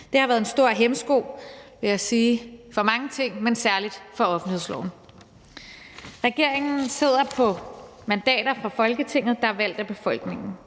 Det har været en stor hæmsko, vil jeg sige, for mange ting, men særlig for offentlighedsloven. Regeringen sidder på mandater i Folketinget, der er valgt af befolkningen.